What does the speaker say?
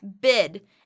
bid